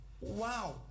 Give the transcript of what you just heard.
Wow